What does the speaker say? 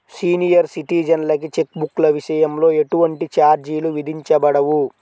senior సిటిజన్లకి cheque బుక్ల విషయంలో ఎటువంటి ఛార్జీలు విధించబడవు